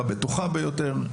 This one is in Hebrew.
הבטוחה ביותר,